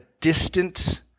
distant